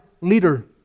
leader